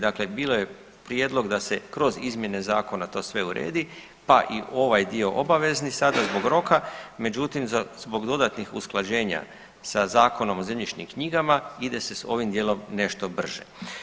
Dakle, bio je prijedlog da se kroz izmjene zakona to sve uredi, pa i ovaj dio obavezni sada zbog roka, međutim zbog dodatnih usklađenja sa Zakonom o zemljišnim knjigama ide se s ovim dijelom nešto brže.